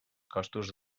costos